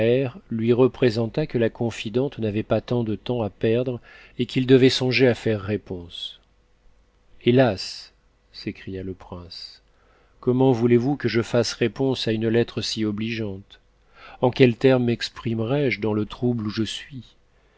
lui représenta que la confidente n'avait pas tant de temps à perdre et qu'il devait songer à faire réponse hélas s'écria le prince comment voulezvous que je fasse réponse à une lettre si obligeante en quels termes mexprimerai je dans le trouble où je suis